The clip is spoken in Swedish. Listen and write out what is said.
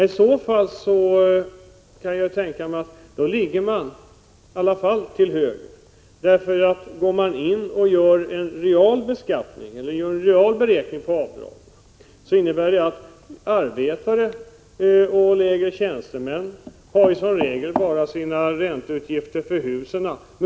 I så fall ligger ni ändå till höger. Om man gör en real beräkning av avdragen visar det sig att arbetare och lägre tjänstemän som regel bara har ränteutgifter för hus.